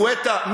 גואטה,